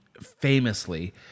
famously